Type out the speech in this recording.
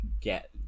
get